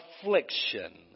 affliction